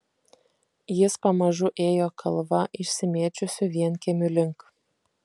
jis pamažu ėjo kalva išsimėčiusių vienkiemių link